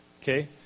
Okay